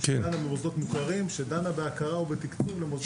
שדנה בהכרה ובתקצוב למוסדות מוכרים.